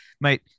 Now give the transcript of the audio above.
mate